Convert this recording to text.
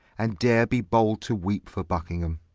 and dare be bold to weepe for buckingham,